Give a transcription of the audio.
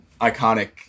iconic